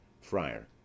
Friar